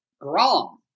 Grom